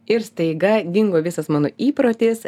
ir staiga dingo visas mano įprotis